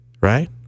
right